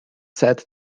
seit